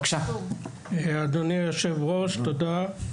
אדוני היושב ראש, תודה.